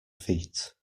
feet